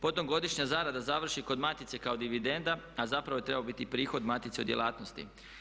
Potom godišnja zarada završi kod matice kao dividenda, a zapravo je trebao biti prihod matice u djelatnosti.